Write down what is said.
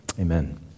amen